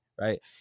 Right